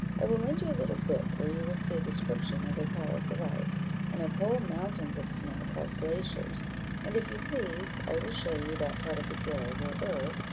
i will lend you a little book, where you will see a description of a palace of ice, and of whole mountains of snow, called glaciers and, if you please, i will show you that part of the globe, or earth,